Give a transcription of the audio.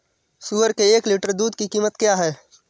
सुअर के एक लीटर दूध की कीमत क्या है?